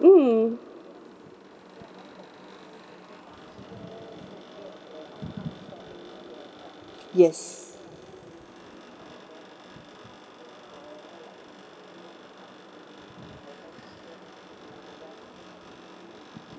mm yes